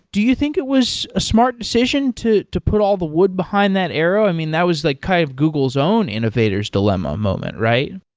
you think it was a smart decision to to put all the wood behind that arrow? i mean, that was like kind of google's own innovator's dilemma moment, right?